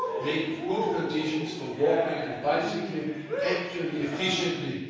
make good conditions for walking and bicycling actually efficiently,